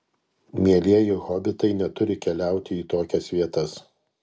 mielieji hobitai neturi keliauti į tokias vietas